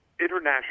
International